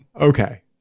Okay